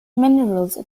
minerals